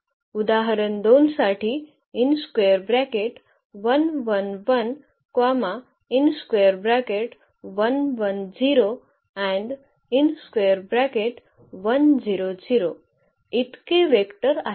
उदाहरण 2 साठी हे इतके वेक्टर आहेत